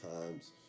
times